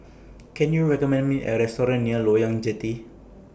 Can YOU recommend Me A Restaurant near Loyang Jetty